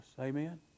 amen